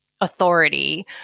authority